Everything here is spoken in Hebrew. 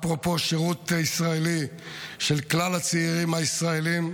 אפרופו שירות ישראלי של כלל הצעירים הישראלים,